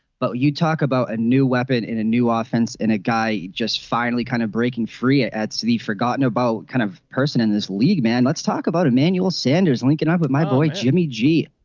but you talk about a new weapon in a new ah offense and a guy just finally kind of breaking free it adds to the. forgotten about. kind of person in this league man. let's talk about emmanuel sanders linking up with my boy jimmy g.